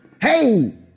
hey